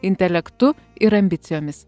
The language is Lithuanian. intelektu ir ambicijomis